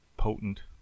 potent